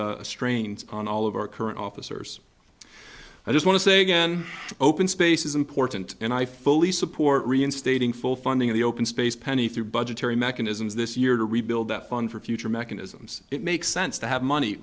strains on all of our current officers i just want to say again open space is important and i fully support reinstating full funding of the open space pony through budgetary mechanisms this year to rebuild that fund for future mechanisms it makes sense to have money